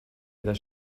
this